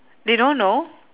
they don't know